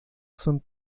son